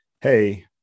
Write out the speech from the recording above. hey